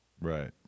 Right